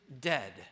dead